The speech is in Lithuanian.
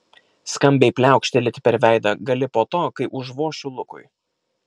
skambiai pliaukštelėti per veidą gali po to kai užvošiu lukui